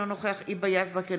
אינו נוכח היבה יזבק,